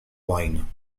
wine